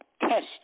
test